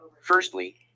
firstly